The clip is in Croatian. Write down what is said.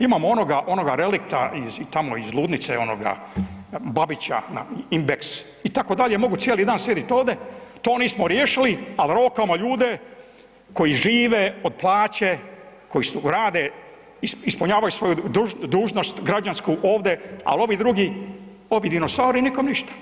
Imamo onoga, onoga relikta iz, tamo iz ludnice, onoga Babića na Index itd., mogu cijeli dan sjedit ovdje, to nismo riješili, a rokamo ljude koji žive od plaće, koji rade, ispunjavaju svoju dužnost građansku ovde, al ovi drugi, ovi dinosauri, nikom ništa.